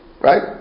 right